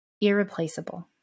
irreplaceable